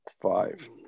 Five